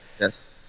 yes